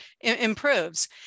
improves